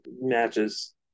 matches